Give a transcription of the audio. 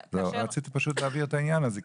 רציתי להבהיר את העניין הזה,